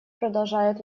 продолжают